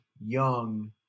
young